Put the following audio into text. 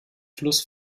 fluss